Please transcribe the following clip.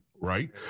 Right